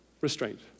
restraint